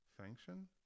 function